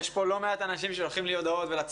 יש פה לא מעט אנשים ששולחים לי ולצוות